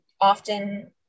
often